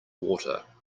water